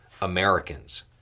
Americans